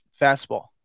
fastball